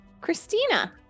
Christina